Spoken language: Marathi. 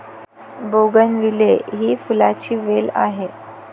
बोगनविले ही फुलांची वेल आहे